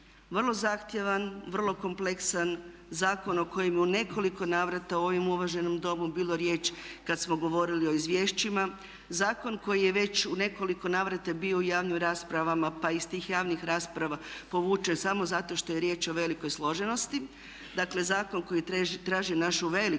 vrlo zahtjevan, vrlo kompleksan, zakon o kojemu je u nekoliko navrata u ovom uvaženom Domu bila riječ kada smo govorili o izvješćima, zakon koji je već u nekoliko navrata bio u javnim raspravama pa je iz tih javnih rasprava povučen samo zato što je riječ o velikoj složenosti, dakle zakon koji traži našu veliku